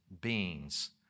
beings